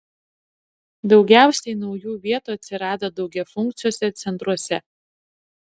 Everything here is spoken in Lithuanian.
daugiausiai naujų vietų atsirado daugiafunkciuose centruose